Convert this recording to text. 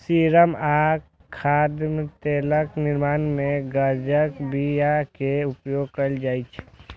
serum आ खाद्य तेलक निर्माण मे गांजाक बिया के उपयोग कैल जाइ छै